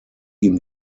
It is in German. ihm